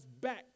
back